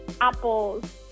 apples